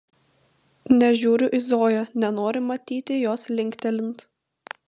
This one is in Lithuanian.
nežiūriu į zoją nenoriu matyti jos linktelint